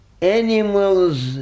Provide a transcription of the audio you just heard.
animals